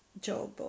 job